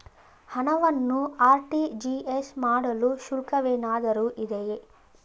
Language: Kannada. ಹಣವನ್ನು ಆರ್.ಟಿ.ಜಿ.ಎಸ್ ಮಾಡಲು ಶುಲ್ಕವೇನಾದರೂ ಇದೆಯೇ?